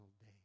day